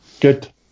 Good